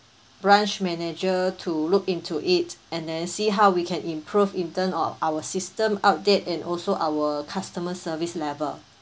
branch manager to look into it and then see how we can improve in terms of our system update and also our customer service level